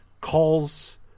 calls